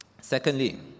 Secondly